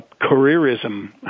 careerism